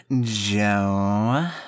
Joe